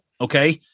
okay